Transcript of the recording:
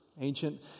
ancient